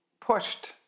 pushed